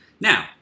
Now